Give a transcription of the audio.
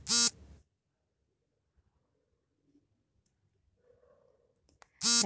ಹೈನುಗಾರಿಕೆ ಹೊಲಕ್ಕೆ ಸಬ್ಸಿಡಿ ರಿಯಾಯಿತಿ ಯೋಜನೆ ಎರಡು ಸಾವಿರದ ಇಪ್ಪತು ಇಪ್ಪತ್ತೊಂದನೇ ಸಾಲಿನಲ್ಲಿ ಆರಂಭ ಅಯ್ತು